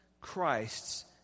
Christ's